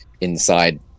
inside